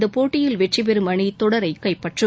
இந்த போட்டியில் வெற்றிபெறும் அணி தொடரை கைப்பற்றும்